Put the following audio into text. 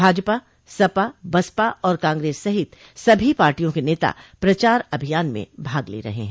भाजपा सपा बसपा और कांग्रेस सहित सभी पार्टियों के नता प्रचार अभियान में भाग ले रहे हैं